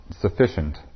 sufficient